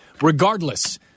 regardless